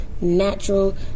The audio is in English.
natural